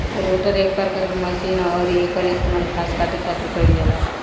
rotor एक प्रकार के मशीन ह अउरी एकर इस्तेमाल घास काटे खातिर कईल जाला